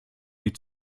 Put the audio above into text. die